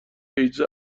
ایدز